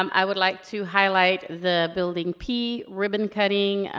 um i would like to highlight the building p ribbon-cutting.